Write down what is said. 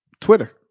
Twitter